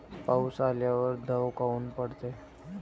पाऊस आल्यावर दव काऊन पडते?